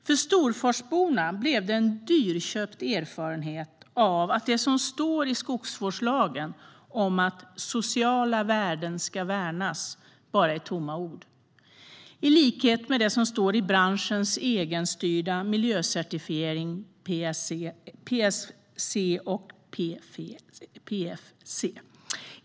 För Storforsborna blev det en dyrköpt erfarenhet av att det som står i skogsvårdslagen om att sociala värden ska värnas bara är tomma ord, i likhet med det som står i branschens egenstyrda miljöcertifiering FSC och PEFC.